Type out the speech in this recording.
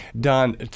Don